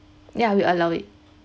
yeah we allow it